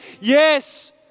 Yes